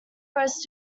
rose